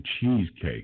cheesecake